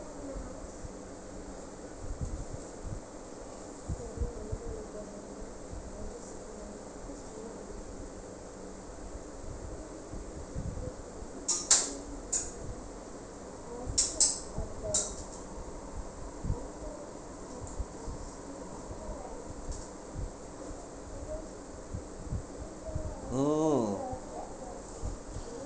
mmhmm